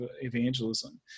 evangelism